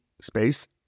space